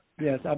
Yes